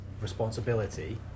responsibility